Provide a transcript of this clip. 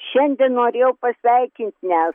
šiandien norėjau pasveikint nes